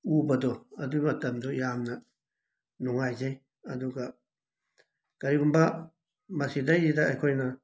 ꯎꯕꯗꯣ ꯑꯗꯨꯒꯤ ꯃꯇꯝꯗꯨ ꯌꯥꯝꯅ ꯅꯨꯡꯉꯥꯏꯖꯩ ꯑꯗꯨꯒ ꯀꯔꯤꯒꯨꯝꯕ ꯃꯁꯤꯗꯩꯁꯤꯗ ꯑꯩꯈꯣꯏꯅ